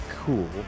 cool